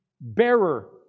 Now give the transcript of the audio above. bearer